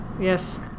Yes